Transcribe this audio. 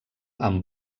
amb